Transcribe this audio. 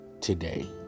today